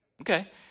Okay